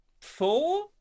four